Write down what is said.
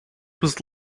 was